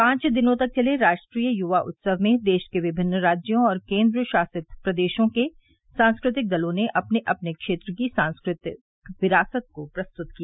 पांच दिनों तक चले राष्ट्रीय युवा उत्सव में देश के विभिन्न राज्यों और केन्द्रशासित प्रदेशों के सांस्कृतिक दलों ने अपने अपने क्षेत्र की सांस्कृतिक विरासत को प्रस्तुत किया